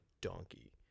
donkey